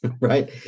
right